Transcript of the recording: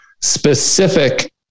specific